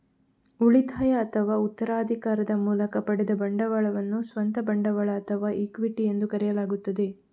ಉಳಿತಾಯ ಅಥವಾ ಉತ್ತರಾಧಿಕಾರದ ಮೂಲಕ ಪಡೆದ ಬಂಡವಾಳವನ್ನು ಸ್ವಂತ ಬಂಡವಾಳ ಅಥವಾ ಇಕ್ವಿಟಿ ಎಂದು ಕರೆಯಲಾಗುತ್ತದೆ